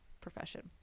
profession